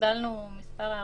קיבלנו מספר הערות.